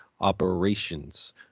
operations